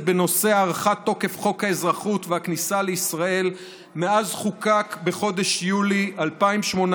בנושא הארכת תוקף חוק האזרחות והכניסה לישראל מאז חוקק בחודש יולי 2018